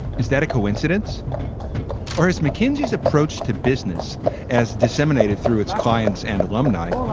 is that a coincidence or is mckinsey's approach to business as disseminated through its clients and alumni?